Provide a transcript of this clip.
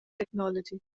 technology